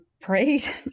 prayed